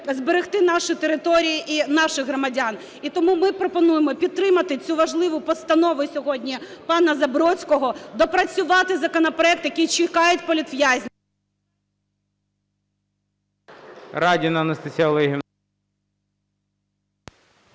зберегти наші території і наших громадян. І тому ми пропонуємо підтримати цю важливу постанову сьогодні пана Забродського, допрацювати законопроект, який чекають політв'язні…